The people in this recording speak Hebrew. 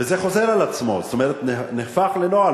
וזה חוזר על עצמו, זאת אומרת, נהפך לנוהל.